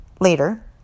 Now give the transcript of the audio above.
later